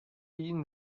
been